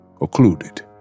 occluded